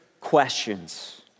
questions